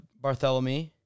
Bartholomew